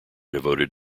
devoted